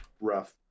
rough